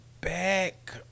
back